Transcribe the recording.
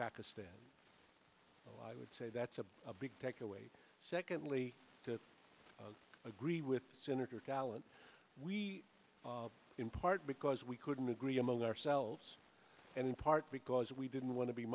pakistan i would say that's a big take away secondly to agree with senator talent we in part because we couldn't agree among ourselves and in part because we didn't want to be